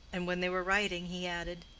and when they were riding he added,